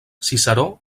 ciceró